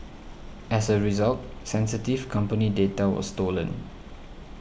as a result sensitive company data was stolen